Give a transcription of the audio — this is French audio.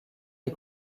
est